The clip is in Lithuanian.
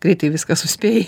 greitai viską suspėjai